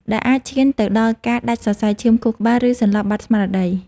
ដែលអាចឈានទៅដល់ការដាច់សរសៃឈាមខួរក្បាល ឬសន្លប់បាត់បង់ស្មារតី។